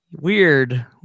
Weird